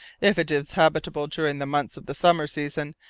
if it is habitable during the months of the summer season,